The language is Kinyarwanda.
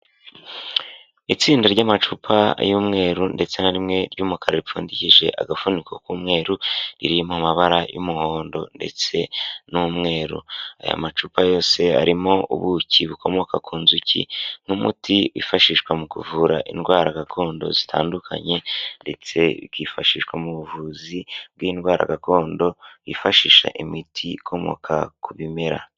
Itsinda ry'amacupa y'umweru ndetse na rimwe ry'umukara ripfundiki agafuniko k'umweru riri mu mabara y'umuhondo ndetse n'umweru ,aya macupa yose arimo ubuki bukomoka ku nzuki n'umuti wifashishwa mu kuvura indwara gakondo zitandukanye ndetse bikifashishwa mu buvuzi bw'indwara gakondo yifashisha imiti ikomoka ku bimera.